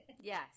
Yes